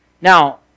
Now